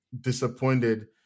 disappointed